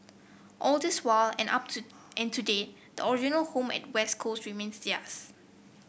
all this while and up to and to date the original home at West Coast remains theirs